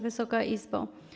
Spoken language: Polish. Wysoka Izbo!